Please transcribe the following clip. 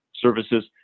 services